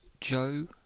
Joe